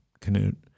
Canute